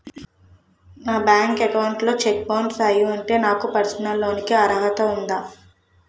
నా bank account లో cheque bounce అయ్యి ఉంటే నాకు పర్సనల్ లోన్ కీ అర్హత ఉందా?